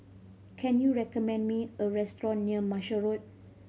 can you recommend me a restaurant near Marshall Road